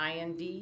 IND